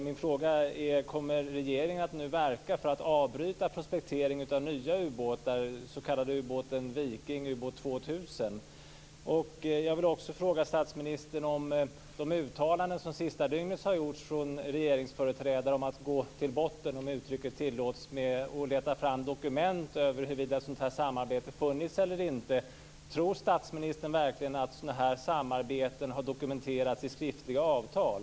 Min fråga är om regeringen nu kommer att verka för att prospekteringen av nya ubåtar - ubåten Viking eller ubåt 2000 - ska avbrytas. Jag vill också fråga statsministern om de uttalanden som senaste dygnet har gjorts från regeringsföreträdare om att gå till botten, om uttrycket tillåts, och leta fram dokument över huruvida ett sådant här samarbete funnits eller inte. Tror statsministern verkligen att sådana samarbeten har dokumenterats i skriftliga avtal?